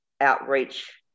outreach